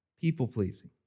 People-pleasing